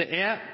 Det er